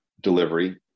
delivery